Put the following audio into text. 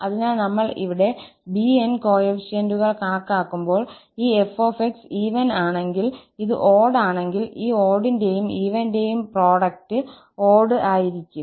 അതിനാൽ നമ്മൾ ഇവിടെ 𝑏𝑛 കോഎഫിഷ്യന്റുകൾ കണക്കാക്കുമ്പോൾ ഈ 𝑓𝑥 ഈവൻ ആണെങ്കിൽ ഇത് ഓഡ്ഡ് ആണെങ്കിൽ ഈ ഓഡിന്റെയും ഈവന്റെയും പ്രോഡക്റ്റ് ഓഡ്ഡ് ആയിരിക്കും